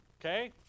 Okay